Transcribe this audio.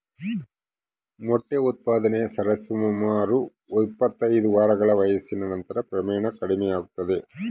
ಮೊಟ್ಟೆ ಉತ್ಪಾದನೆಯು ಸರಿಸುಮಾರು ಇಪ್ಪತ್ತೈದು ವಾರಗಳ ವಯಸ್ಸಿನ ನಂತರ ಕ್ರಮೇಣ ಕಡಿಮೆಯಾಗ್ತದ